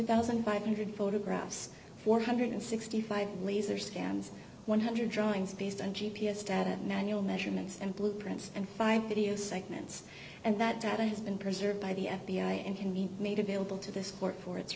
thousand five hundred photographs four hundred and sixty five laser scans one hundred drawings based on g p s data manual measurements and blueprints and five video segments and that data has been preserved by the f b i and can be made available to this court for it